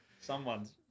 Someone's